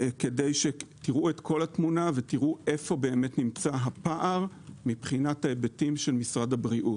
כדי שתראו את כולה ואיפה נמצא הפער מבחינת ההיבטים של משרד הבריאות.